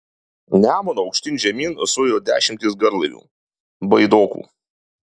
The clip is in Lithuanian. nemunu aukštyn žemyn zujo dešimtys garlaivių baidokų